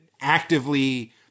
actively